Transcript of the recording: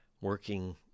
working